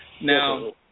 Now